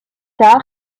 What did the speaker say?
tard